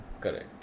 correct